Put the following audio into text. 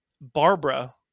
barbara